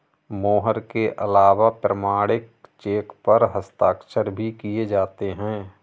मोहर के अलावा प्रमाणिक चेक पर हस्ताक्षर भी किये जाते हैं